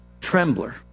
trembler